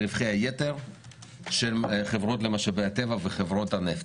המס מרווחי היתר של חברות למשאבי הטבע וחברות הנפט.